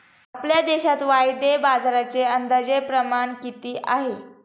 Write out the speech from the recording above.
आपल्या देशात वायदे बाजाराचे अंदाजे प्रमाण किती आहे?